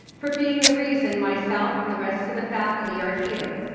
for being the reason myself and the rest of the faculty are here.